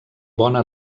bona